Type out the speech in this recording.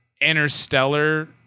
Interstellar